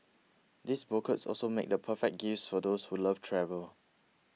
these bouquets also make the perfect gifts for those who love travel